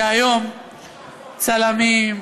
שהיום צלמים,